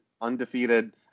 undefeated